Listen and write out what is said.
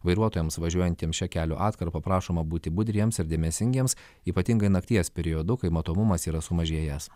vairuotojams važiuojantiems šia kelio atkarpa prašoma būti budriems ir dėmesingiems ypatingai nakties periodu kai matomumas yra sumažėjęs